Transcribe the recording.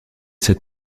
sept